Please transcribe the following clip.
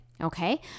okay